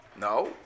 No